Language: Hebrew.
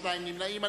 שני נמנעים.